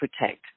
protect